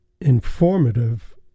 informative